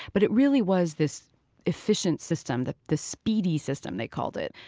but it really was this efficient system, the the speedy system they called it.